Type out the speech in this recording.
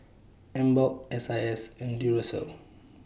Emborg S I S and Duracell